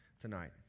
tonight